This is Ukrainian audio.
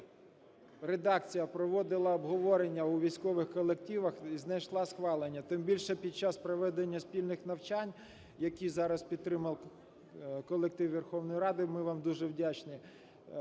редакція проводила обговорення у військових колективах і знайшла схвалення. Тим більше, під час проведення спільних навчань, які зараз підтримав колектив Верховної Ради, ми вам дуже вдячні,